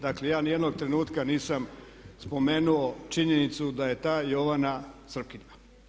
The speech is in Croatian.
Dakle ja niti jednog trenutka nisam spomenuo činjenicu da je ta Jovana Srpkinja.